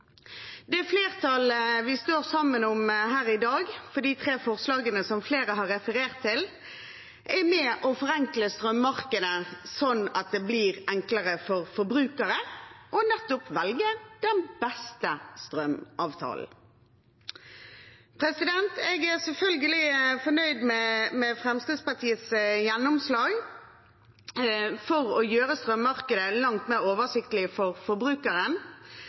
Det flertallet står sammen om her i dag, de tre forslagene som flere har referert til, er med på å forenkle strømmarkedet sånn at det blir enklere for forbrukere nettopp å velge den beste strømavtalen. Jeg er selvfølgelig fornøyd med Fremskrittspartiets gjennomslag for å gjøre strømmarkedet langt mer oversiktlig for forbrukeren.